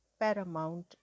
paramount